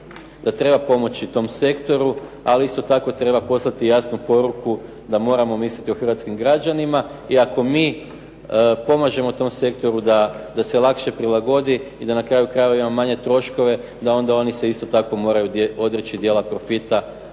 da treba pomoći tom sektoru. Ali isto tako treba poslati i jasnu poruku da moramo misliti o hrvatskim građanima. I ako mi pomažemo tom sektoru da se lakše prilagodi i da na kraju krajeva imamo manje troškove da onda oni se isto tako moraju odreći dijela profita